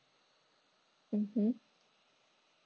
mmhmm